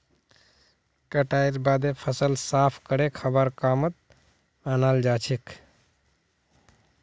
कटाईर बादे फसल साफ करे खाबार कामत अनाल जाछेक